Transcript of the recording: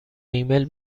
ایمیل